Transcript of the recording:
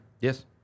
Yes